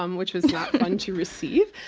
um which was not fun to receive.